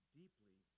deeply